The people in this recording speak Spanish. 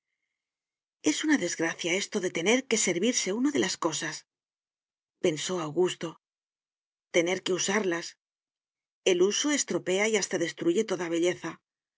es una desgracia esto de tener que servirse uno de las cosaspensó augusto tener que usarlas el uso estropea y hasta destruye toda belleza